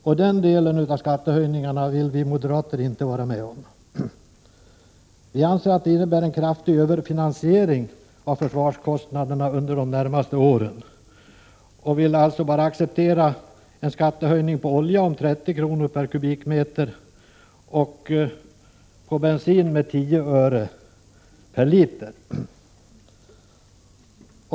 Och den delen av skattehöjningarna vill vi moderater inte vara med om. Vi anser att det innebär en kraftig överfinansiering av försvarskostnaderna under de närmaste åren och vill alltså bara acceptera en skattehöjning på olja med 30 kr. per kubikmeter och på bensin med 10 öre perliter.